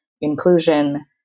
inclusion